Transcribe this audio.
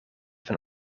van